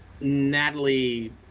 Natalie